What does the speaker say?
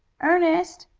ernest!